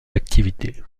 activités